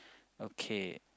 okay